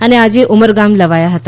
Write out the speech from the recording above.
અને આજે ઉમરગામ લવાયા હતા